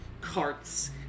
carts